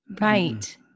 Right